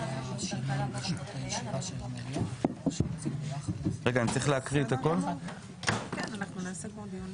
שינוי במועדי ישיבות הכנסת בשבוע הבא.